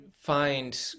find